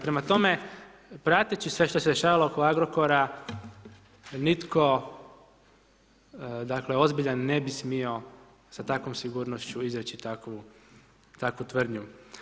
Prema tome, prateći sve što se dešavalo oko Agrokora, nitko, dakle, ozbiljan ne bi smio sa takvom sigurnošću izreći takvu tvrdnju.